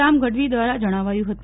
રામ ગઢવી દ્વારા જણાવાયું હતું